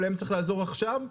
ולהם צריך לעזור עכשיו.